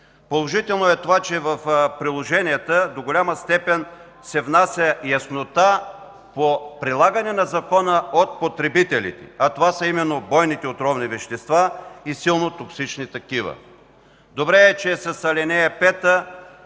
Положително е това, че в приложенията до голяма степен се внася яснота по прилагане на закона от потребителите, а това са именно бойните отровни вещества и силно токсични такива. Добре е, че с ал. 5